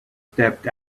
stepped